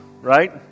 right